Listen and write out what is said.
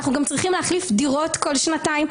אז אנחנו גם צריכים להחליף דירות כל שנתיים?